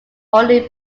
only